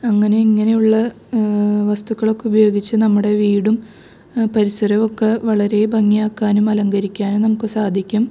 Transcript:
അങ്ങനെ ഇങ്ങനെയുള്ള വസ്തുക്കളൊക്കെ ഉപയോഗിച്ച് നമ്മുടെ വീടും പരിസരവും ഒക്കെ വളരെ ഭംഗിയാക്കാനും അലങ്കരിക്കാനും നമുക്ക് സാധിക്കും